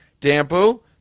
Dampu